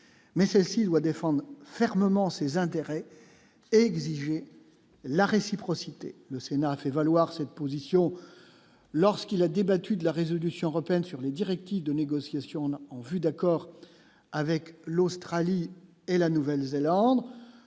mais ceci doit défendre fermement ses intérêts exiger la réciprocité, le Sénat a fait valoir cette position lorsqu'il a débattu de la résolution européenne sur les directives de négociations en vue d'accord avec l'Australie et la Nouvelle-Zélande,